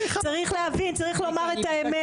צריך להבין צריך לומר את האמת,